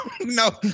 no